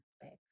back